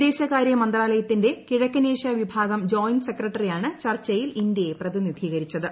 വിദേശകാര്യ മന്ത്രാലയത്തിന്റെ കിഴക്കനേഷ്യാ വിഭാഗം ജോയിന്റ് സെക്രട്ടറിയാണ് ചർച്ചയിൽ ഇന്ത്യയെ പ്രതിനിധീകരിച്ചത്